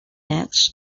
edge